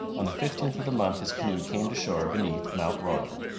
on the fifteenth of the month his canoe came to shore beneath mount royal.